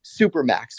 supermax